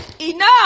Enough